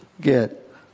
get